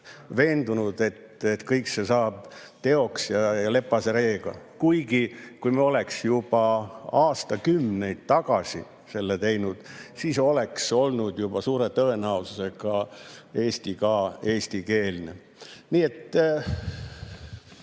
veendunud, et kõik see saab teoks ja lepase reega. Kuigi, kui me oleksime juba aastakümneid tagasi selle teinud, siis oleks suure tõenäosusega olnud Eesti juba eestikeelne. Nii et